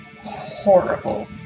horrible